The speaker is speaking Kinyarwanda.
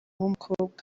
w’umukobwa